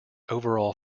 overall